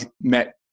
met